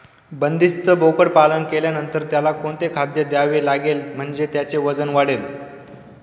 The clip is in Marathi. बंदिस्त बोकडपालन केल्यानंतर त्याला कोणते खाद्य द्यावे लागेल म्हणजे त्याचे वजन वाढेल?